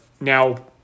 now